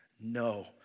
No